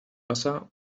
wasser